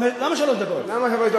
למה שלוש דקות?